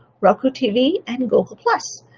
roku tv and google plus.